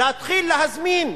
להתחיל להזמין,